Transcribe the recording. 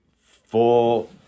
full